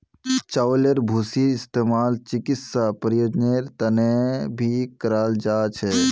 चउलेर भूसीर इस्तेमाल चिकित्सा प्रयोजनेर तने भी कराल जा छे